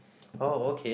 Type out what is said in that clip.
oh okay